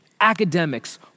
academics